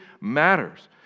matters